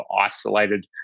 isolated